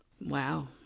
Wow